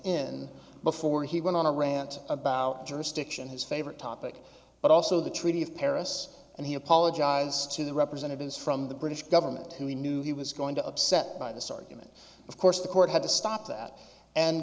in before he went on a rant about jurisdiction his favorite topic but also the treaty of paris and he apologized to the representatives from the british government who we knew he was going to upset by this argument of course the court had to stop that and